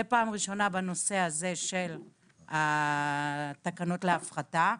זה בנושא הזה של תקנות ההפחתה.